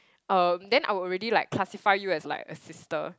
um then I would already like classify you as like a sister